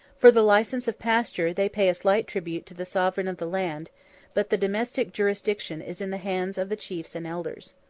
for the license of pasture they pay a slight tribute to the sovereign of the land but the domestic jurisdiction is in the hands of the chiefs and elders.